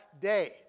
day